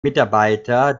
mitarbeiter